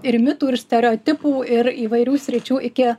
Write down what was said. ir mitų ir stereotipų ir įvairių sričių iki